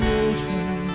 ocean